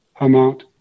amount